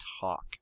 talk